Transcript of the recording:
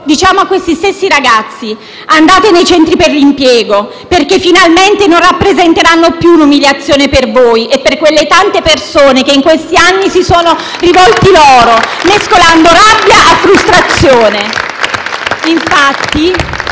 diciamo a questi stessi ragazzi: andate nei centri per l'impiego, perché finalmente non rappresenteranno più un'umiliazione per voi e per quelle tante persone che in questi anni si sono rivolte ad essi, mescolando rabbia a frustrazione.